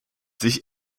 sich